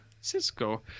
Cisco